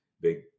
big